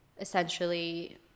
essentially